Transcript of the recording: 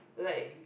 like